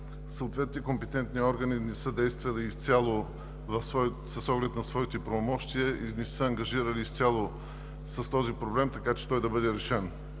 съответните компетентни органи не са действали изцяло с оглед на своите правомощия и не са се ангажирали изцяло с този проблем, така че той да бъде решен.